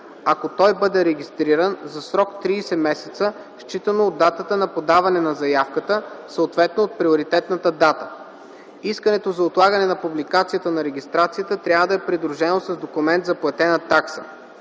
ако той бъде регистриран, за срок 30 месеца, считано от датата на подаване на заявката, съответно от приоритетната дата. Искането за отлагане на публикацията на регистрацията трябва да е придружено с документ за платена такса.